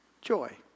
joy